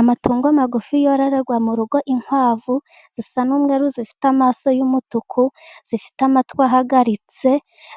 Amatungo magufi yorarerwa mu rugo, inkwavu zisa n' umweru zifite amaso y'umutuku, zifite amatwi ahagaritse,